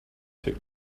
took